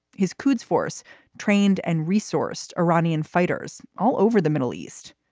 his quds force trained and resourced iranian fighters all over the middle east.